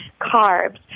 carbs